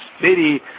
city